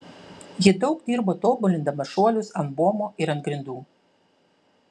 ji daug dirbo tobulindama šuolius ant buomo ir ant grindų